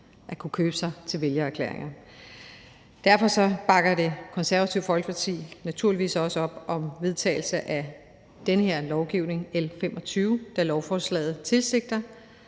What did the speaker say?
at kunne købe sig til vælgererklæringer. Derfor bakker Det Konservative Folkeparti naturligvis også op om det her lovforslag, L 25, da lovforslaget tilsigter